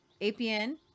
APN